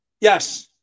Yes